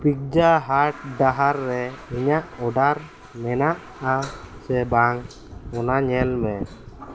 pizza ᱦᱟᱴ ᱰᱟᱦᱟᱨ ᱨᱮ ᱤᱧᱟᱹᱜ ᱚᱰᱟᱨ ᱢᱮᱱᱟᱜᱼᱟ ᱥᱮ ᱵᱟᱝ ᱚᱱᱟ ᱧᱮᱞ ᱢᱮ